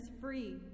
free